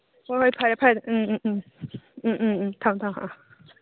ꯍꯣꯏ ꯍꯣꯏ ꯐꯔꯦ ꯐꯔꯦ ꯎꯝ ꯎꯝ ꯎꯝ ꯎꯝ ꯎꯝꯎꯝ ꯊꯝꯃꯣ ꯊꯝꯃꯣ ꯑ